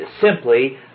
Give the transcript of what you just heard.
simply